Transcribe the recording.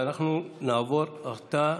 ואנחנו נעבור עתה